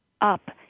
up